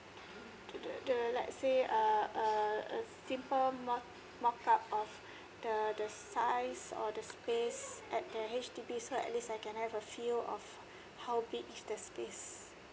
the the the let's say a a a simple mockup of the the size or the space at the H_D_B so at least I can have a few of how big is the space